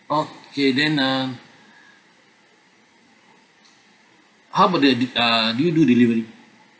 okay then uh how about the de~ uh do you do delivery